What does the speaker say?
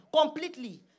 completely